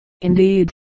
indeed